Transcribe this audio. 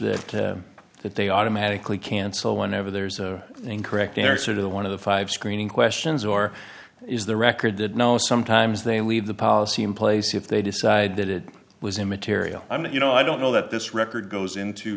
that that they automatically cancel whenever there's an incorrect answer to one of the five screening questions or is the record that now sometimes they leave the policy in place if they decide that it was immaterial i'm not you know i don't know that this record goes into